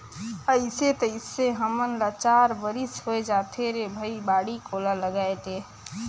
अइसे तइसे हमन ल चार बरिस होए जाथे रे भई बाड़ी कोला लगायेले